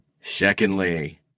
Secondly